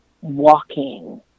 walking